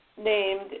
named